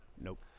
Nope